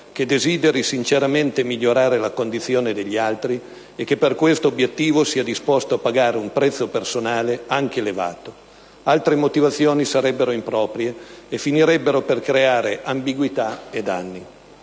che desideri sinceramente migliorare la condizione degli altri e che, per questo obiettivo, sia disposto a pagare un prezzo personale anche elevato. Altre motivazioni sarebbero improprie e finirebbero per creare ambiguità e danni».